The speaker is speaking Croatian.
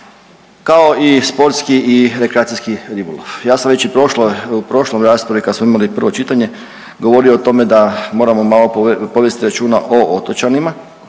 kao i sportski i rekreacijski ribolov. Ja sam već u prošloj raspravi kad smo imali prvo čitanje, govorio o tome da moramo malo povesti računa o otočanima